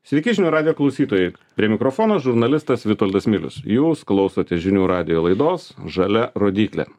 sveiki žinių radijo klausytojai prie mikrofono žurnalistas vitoldas milius jūs klausote žinių radijo laidos žalia rodyklė